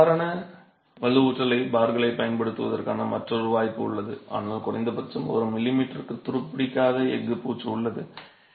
நீங்கள் சாதாரண வலுவூட்டும் பார்களைப் பயன்படுத்துவதற்கான மற்றொரு வாய்ப்பு உள்ளது ஆனால் குறைந்தபட்சம் ஒரு மில்லிமீட்டருக்கு துருப்பிடிக்காத எஃகு பூச்சு உள்ளது